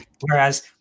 Whereas